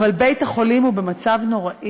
אבל בית-החולים הוא במצב נורא.